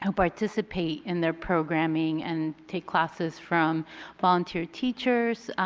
ah participate in their programming and take classes from volunteer teachers.